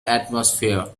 atmosphere